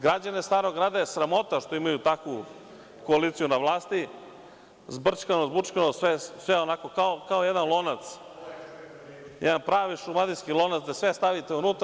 Građane Starog grada je sramota što imaju takvu koaliciju na vlasti, zbrčkano, zbućkano, sve je onako kao jedan lonac, jedan pravi šumadijski lonac da sve stavite unutra.